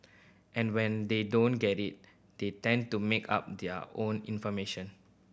and when they don't get it they tend to make up their own information